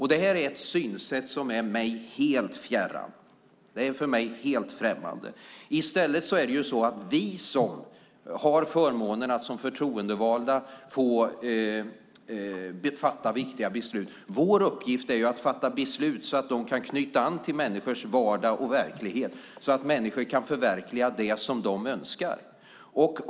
Det är ett synsätt som för mig är helt fjärran, helt främmande. I stället har vi som har förmånen att som förtroendevalda fatta viktiga beslut till uppgift att fatta beslut som kan knyta an till människors vardag och verklighet så att människor kan förverkliga det som de önskar.